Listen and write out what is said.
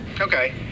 Okay